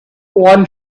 one